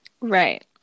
Right